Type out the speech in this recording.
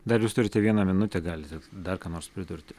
dar jūs turite vieną minutę galite dar ką nors pridurti